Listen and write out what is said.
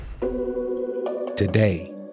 Today